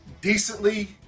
decently